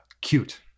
cute